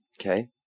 okay